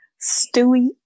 Stewie